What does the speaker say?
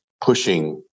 pushing